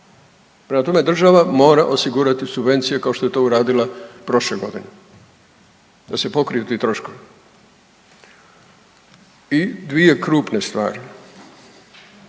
Prema tome, država mora osigurati subvencije kao što je to uradila prošle godine, da se pokriju ti troškovi. I dvije krupne stvari,